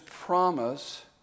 promise